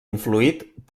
influït